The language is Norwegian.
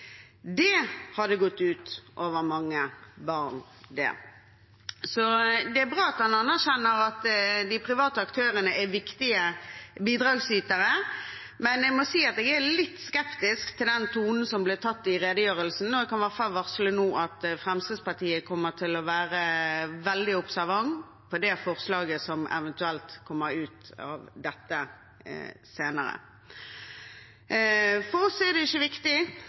Det hadde gått ut over mange barn. Det er bra at statsråden anerkjenner at de private aktørene er viktige bidragsytere, men jeg må si at jeg er litt skeptisk til den tonen som ble tatt i redegjørelsen, og jeg kan i hvert fall varsle nå at Fremskrittspartiet kommer til å være veldig observant med hensyn til det forslaget som eventuelt kommer ut av dette senere. For oss er det ikke viktig